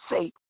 say